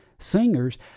Singers